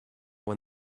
when